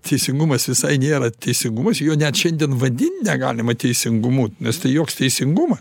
teisingumas visai nėra teisingumas jo net šiandien vadint negalima teisingumu nes tai joks teisingumas